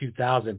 2000